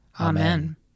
Amen